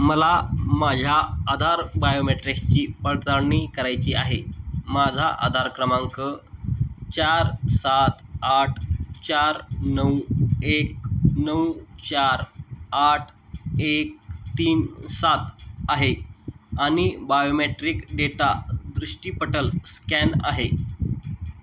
मला माझ्या आधार बायोमॅट्रिक्सची पडताळणी करायची आहे माझा आधार क्रमांक चार सात आठ चार नऊ एक नऊ चार आठ एक तीन सात आहे आणि बायोमॅट्रिक डेटा दृष्टीपटल स्कॅन आहे